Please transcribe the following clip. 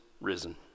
risen